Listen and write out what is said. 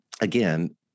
again